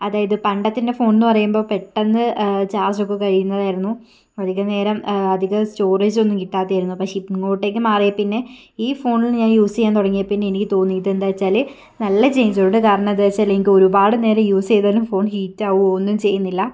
അതായത് പണ്ടത്തെ എൻ്റെ ഫോണെന്ന് പറയുമ്പോൾ പെട്ടെന്ന് ചാർജൊക്കെ കഴിയുന്നതായിരുന്നു അധിക നേരം അധികം സ്റ്റോറേജൊന്നും കിട്ടാത്തതായിരുന്നു പക്ഷെ ഇങ്ങോട്ടേക്ക് മാറിയതിൽ പിന്നെ ഈ ഫോണിൽ ഞാൻ യൂസ് ചെയ്യാൻ തുടങ്ങിയതിൽ പിന്നെ എനിക്ക് തോന്നിയത് എന്താച്ചാൽ നല്ല ചേഞ്ച് ഉണ്ട് കാരണം എന്താച്ചാൽ എനിക്ക് ഒരുപാട് നേരം യൂസ് ചെയ്താലും ഫോൺ ഹീറ്റാവുകയോ ഒന്നും ചെയ്യുന്നില്ല